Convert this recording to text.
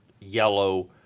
yellow